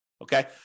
Okay